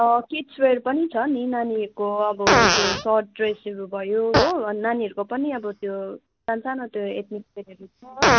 kids wear पनि छ नि नानीहरूको अब त्यो सर्ट ड्रेसहरू भयो हो नानीहरूको पनि अब त्यो सानो सानो त्यो एथनिक वेरहरू छ